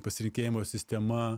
pasitikėjimo sistema